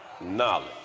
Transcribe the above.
Knowledge